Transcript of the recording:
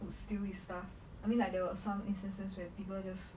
will steal his stuff I mean like there were some instances where people just